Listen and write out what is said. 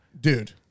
Dude